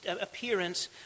appearance